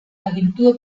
agentur